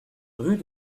rue